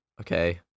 Okay